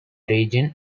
region